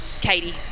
Katie